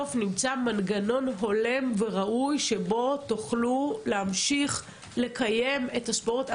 שבסוף אנחנו נמצא מנגנון הולם וראוי שבו תוכלו להמשיך לקיים את הספורט,